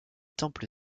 temple